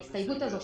ההסתייגות הזו,